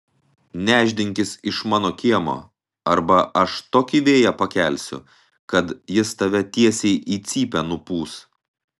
nešdinkis iš mano kiemo arba aš tokį vėją pakelsiu kad jis tave tiesiai į cypę nupūs